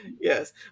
yes